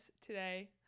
today